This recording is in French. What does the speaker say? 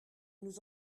nous